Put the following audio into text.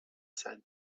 said